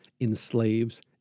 enslaves